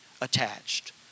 attached